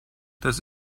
das